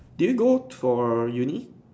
do you go for Uni